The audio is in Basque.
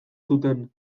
zuten